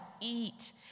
eat